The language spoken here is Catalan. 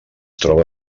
troba